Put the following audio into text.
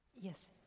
Yes